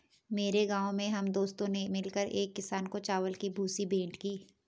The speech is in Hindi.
मेरे गांव में हम दोस्तों ने मिलकर एक किसान को चावल की भूसी भेंट की